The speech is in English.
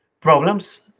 problems